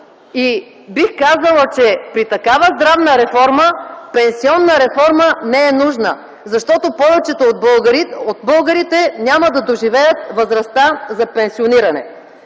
и бих казала, че при такава здравна реформа – пенсионна реформа не е нужна. Защото повечето от българите няма да доживеят възрастта за пенсиониране.